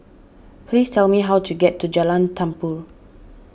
please tell me how to get to Jalan Tambur